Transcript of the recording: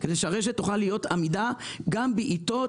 כדי שהרשת תוכל להיות עמידה גם בעיתות